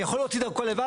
אני יכול להוציא לבד?